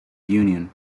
union